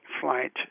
flight